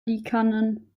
liikanen